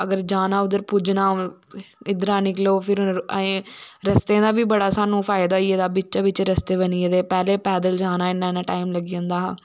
अगर जाना उध्दर पुज्जना इध्दरा निकलो फिर रस्तें दा बी साह्नू फायदा होई दा बिच्चैं बिच्चैं रस्ते बनी गेदे पैह्लैं पैद्दल जाना इन्ना इन्ना टाईम लग्गी जंदा हा